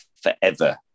forever